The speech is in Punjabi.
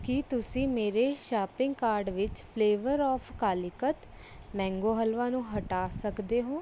ਕੀ ਤੁਸੀਂ ਮੇਰੇ ਸ਼ਾਪਿੰਗ ਕਾਰਟ ਵਿੱਚ flavour of Calicut mango halwa ਨੂੰ ਹਟਾ ਸਕਦੇ ਹੋ